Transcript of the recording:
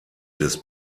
des